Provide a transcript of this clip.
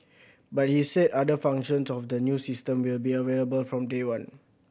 but he said other functions of the new system will be available from day one